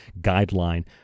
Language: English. guideline